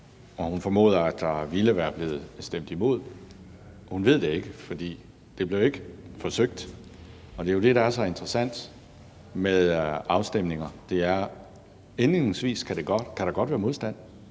hun formoder, at der ville være blevet stemt imod, men hun ved det ikke, for det blev ikke forsøgt. Det er jo det, der er så interessant med afstemninger, altså at der indledningsvis godt